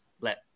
let